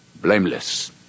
Blameless